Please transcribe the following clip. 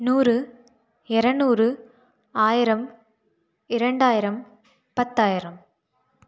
நூறு எரநூறு ஆயிரம் இரண்டாயிரம் பத்தாயிரம்